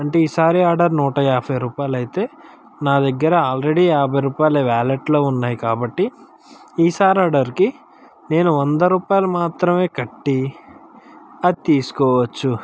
అంటే ఈసారి ఆర్డర్ నూట యాభై రూపాయలు అయితే నా దగ్గర ఆల్రెడీ యాభై రూపాయలు వాలెట్లో ఉన్నాయి కాబట్టి ఈసారి ఆర్డర్కి నేను వంద రూపాయలు మాత్రమే కట్టీ అది తీసుకోవచ్చు